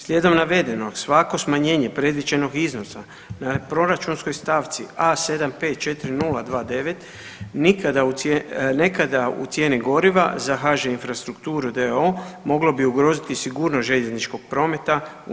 Slijedom navedenog svako smanjenje predviđenog iznosa na proračunskoj stavci A754029 nekada u cijeni goriva za HŽ Infrastrukturu d.o.o. moglo bi ugroziti sigurnost željezničkog prometa u RH.